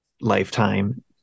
lifetime